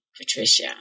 Patricia